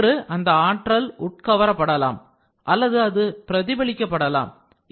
ஒன்று அந்த ஆற்றல் உட்கவரபடலாம் absorption அல்லது அது பிரதிபலிக்க படலாம் reflection